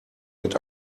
mit